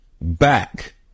back